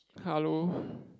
hello